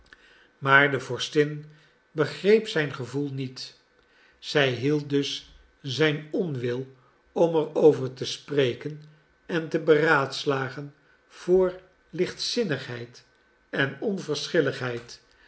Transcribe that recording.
maar de vorstin begreep zijn gevoel niet zij hield dus zijn onwil om er over te spreken en te beraadslagen voor lichtzinnigheid en onverschilligheid